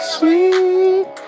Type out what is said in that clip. Sweet